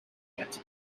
yet